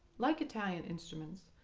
like italian instruments,